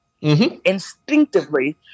instinctively